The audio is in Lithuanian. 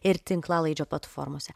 ir tinklalaidžių platformose